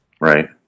Right